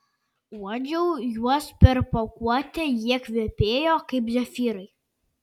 uodžiau juos per pakuotę jie kvepėjo kaip zefyrai